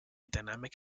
dynamic